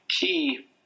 key